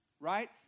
right